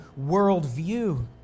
worldview